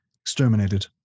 exterminated